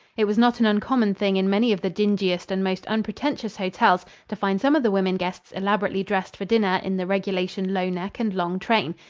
it was not an uncommon thing in many of the dingiest and most unpretentious hotels to find some of the women guests elaborately dressed for dinner in the regulation low neck and long train.